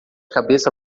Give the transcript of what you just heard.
cabeça